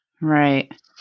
Right